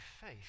faith